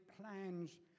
plans